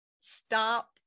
stop